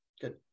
Good